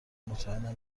مطمئنم